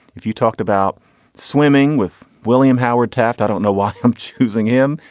if you talked about swimming with william howard taft, i don't know why i'm choosing him.